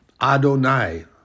Adonai